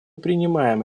принимаем